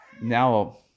now